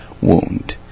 wound